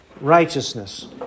Righteousness